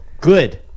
Good